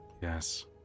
Yes